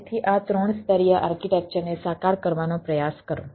તેથી આ ત્રણ સ્તરીય આર્કિટેક્ચરને સાકાર કરવાનો પ્રયાસ કરો